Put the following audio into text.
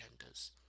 genders